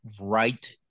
right